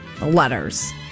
Letters